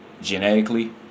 genetically